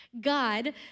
God